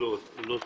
לא תקין.